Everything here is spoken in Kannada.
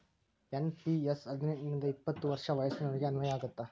ಎನ್.ಪಿ.ಎಸ್ ಹದಿನೆಂಟ್ ರಿಂದ ಎಪ್ಪತ್ ವರ್ಷ ವಯಸ್ಸಿನೋರಿಗೆ ಅನ್ವಯ ಆಗತ್ತ